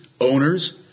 owners